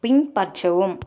பின்பற்றவும்